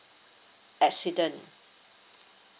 accident